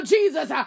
Jesus